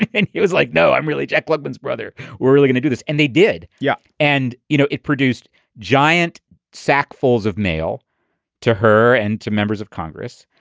and it was like, no, i'm really jack lippman's brother. we're really gonna do this. and they did. yeah. and, you know, it produced giant sack fulls of mail to her and to members of congress.